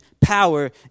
power